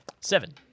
Seven